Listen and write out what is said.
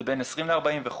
בין 20 ל-40 וכו'.